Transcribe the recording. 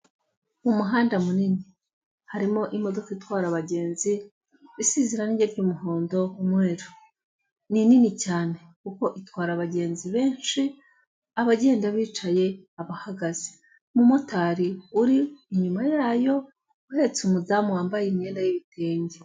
Umuhanda munini, harimo imodoka itwara abagenzi, isize irange ry'umuhondo, n'umweru. Ni nini cyane, kuko itwara abagenzi benshi, abagenda bicaye, abahagaze, umumotari uri inyuma yayo uhetse umudamu wambaye imyenda y'ibitenge.